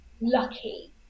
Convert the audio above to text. lucky